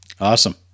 Awesome